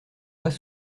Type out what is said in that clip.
pas